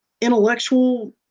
intellectual